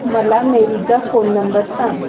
मला मेरीचा phone number सांग